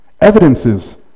Evidences